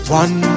one